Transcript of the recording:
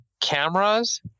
cameras